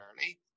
early